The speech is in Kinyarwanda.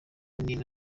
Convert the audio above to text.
n’imwe